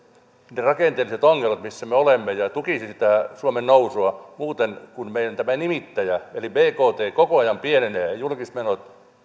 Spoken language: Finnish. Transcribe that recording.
ne rakenteelliset ongelmat missä me olemme ja ja tukisi sitä suomen nousua muuten kun meidän tämä nimittäjä eli bkt koko ajan pienenee ja julkiset